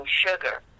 Sugar